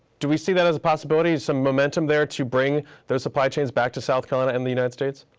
do we see that as a possibility? some momentum there to bring those supply chains back to south carolina in the united states?